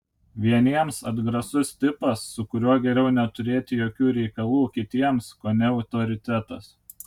vieniems atgrasus tipas su kuriuo geriau neturėti jokių reikalų kitiems kone autoritetas